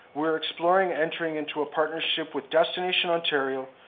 we're exploring entering into a partnership with destination ontario,